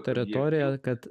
teritoriją kad